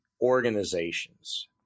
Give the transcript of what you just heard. organizations –